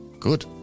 Good